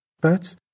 but